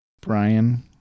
Brian